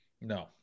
No